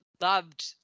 loved